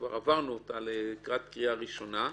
וכבר עברנו אותה לקראת קריאה ראשונה,